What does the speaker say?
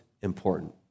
important